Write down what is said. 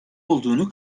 olduğunu